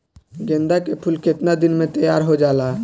गेंदा के फूल केतना दिन में तइयार हो जाला?